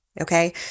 Okay